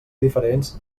diferents